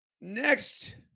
next